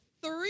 three